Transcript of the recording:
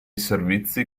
servizi